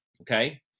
okay